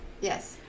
Yes